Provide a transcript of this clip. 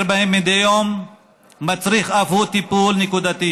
בהם מדי יום מצריך אף הוא טיפול נקודתי